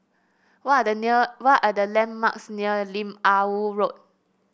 what are the near what are the landmarks near Lim Ah Woo Road